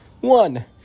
One